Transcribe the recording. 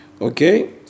Okay